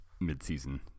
mid-season